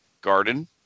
Garden